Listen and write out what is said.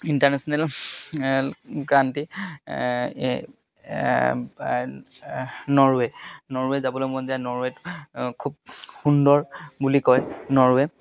international ক্ৰান্তি Norway Norway যাবলৈ মন যায় নৰৱেত খুব সুন্দৰ বুলি কয় নৰৱে